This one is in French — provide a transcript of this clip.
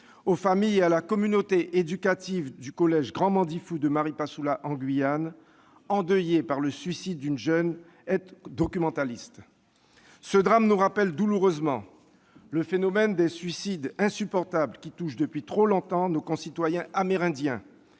aux familles et à la communauté éducative du collège Gran Man Difou de Maripasoula en Guyane, endeuillées par le suicide d'une jeune aide-documentaliste. Ce drame nous rappelle douloureusement le phénomène insupportable des suicides, qui touche depuis trop longtemps nos concitoyens amérindiens